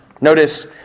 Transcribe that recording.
Notice